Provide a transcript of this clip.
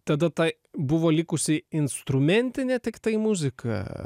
tada tai buvo likusi instrumentinė tiktai muzika